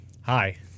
Hi